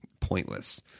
pointless